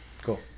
Cool